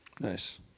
Nice